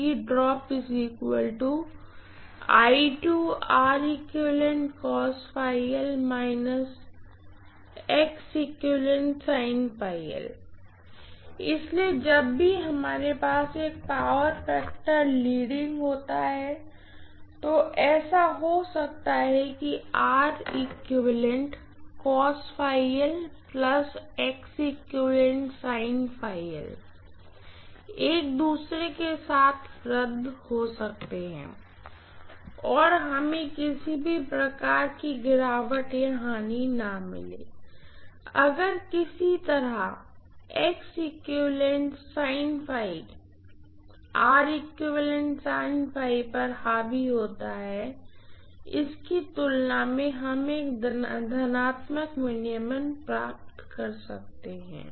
So whenever we have a leading power factor it can so happen that can cancel out with each other and we may not get any drop at all by chance if is dominating overall than may be we may get a positive regulation इसलिए जब भी हमारे पास एक power factor leading होता है तो ऐसा हो सकता है कि एक दूसरे के साथ रद्द कर सकते हैं और हमें किसी भी प्रकार का लॉस न मिले अगर किसी तरह हावी है की तुलना में हम एक धनात्मक विनियमन प्राप्त कर सकते हैं